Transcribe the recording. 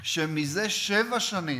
שזה שבע שנים,